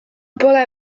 pole